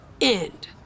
end